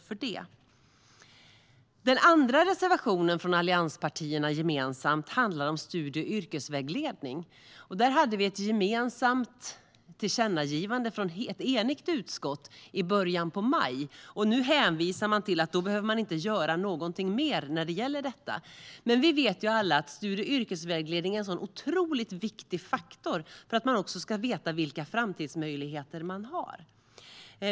Den andra gemensamma reservationen från allianspartierna handlar om studie och yrkesvägledning. Vi hade ett tillkännagivande från ett enigt utskott i början av maj. Nu hänvisar man till att man inte behöver göra någonting mer när det gäller detta. Men vi vet alla att studie och yrkesvägledning är en otroligt viktig faktor för att man ska veta vilka framtidsmöjligheter man har.